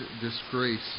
disgrace